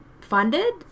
funded